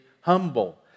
humble